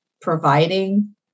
providing